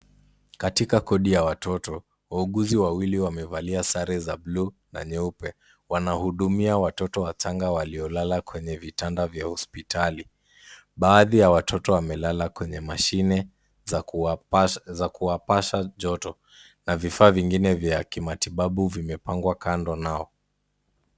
Kati kwa wodi ya watoto, wauguzi wawili wamevalia sare za bluu na nyeupe. Wanahudumia watoto wachanga waliolala kwenye vitanda vya hospitali. Baadhi ya watoto wamelala kwenye mashine za kuwapasha joto na vifaa vingine vya kimatibabu vimepangwa kando nao.